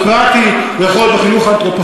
הוא יכול להיות בחינוך הדמוקרטי,